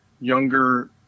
younger